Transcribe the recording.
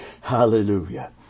Hallelujah